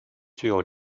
具有